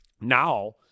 Now